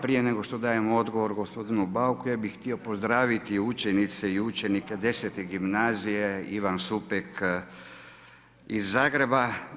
Prije nego dam odgovor gospodinu Bauku ja bih htio pozdraviti učenice i učenike Desete gimnazije Ivan Supek iz Zagreba.